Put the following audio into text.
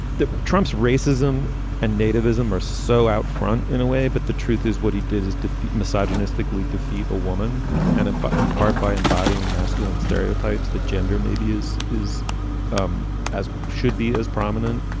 that trumps racism and nativism or so out front in a way. but the truth is what he did is defeat misogynistic lee defeat a woman and and but in part by embodying masculine stereotypes that gender maybe is is um as should be as prominent